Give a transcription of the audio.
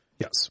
Yes